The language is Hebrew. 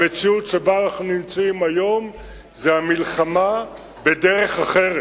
המציאות שבה אנחנו נמצאים היום זה המלחמה בדרך אחרת,